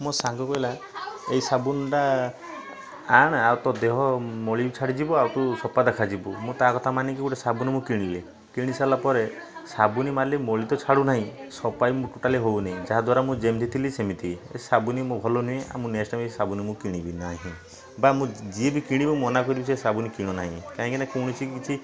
ମୋ ସାଙ୍ଗ କହିଲା ଏଇ ସାବୁନଟା ଆଣ ଆଉ ତୋ ଦେହ ମଳି ଛାଡ଼ି ଯିବ ଆଉ ତୁ ସଫା ଦେଖାଯିବୁ ମୁଁ ତା କଥା ମାନିକି ଗୋଟେ ସାବୁନ ମୁଁ କିଣିଲି କିଣି ସାରିଲା ପରେ ସାବୁନ ମାରିଲି ମଳି ତ ଛାଡ଼ୁ ନାହିଁ ସଫା ବି ଟୋଟାଲି ହେଉ ନାହିଁ ଯାହା ଦ୍ୱାରା ମୁଁ ଯେମିତି ଥିଲି ସେମିତି ଏ ସାବୁନି ମୁଁ ଭଲ ନୁହେଁ ଆଉ ମୁଁ ନେକ୍ସଟ୍ ଟାଇମ୍ ଏ ସାବୁନ ମୁଁ କିଣିବି ନାହିଁ ବା ଯିଏ ବି କିଣିବ ମନା କରିବି ସେ ସାବୁନ କିଣ ନାହିଁ କାହିଁକି ନା କୌଣସି କିଛି